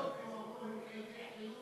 על האתיופים אמרו: הם חלקי חילוף לתימנים.